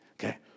Okay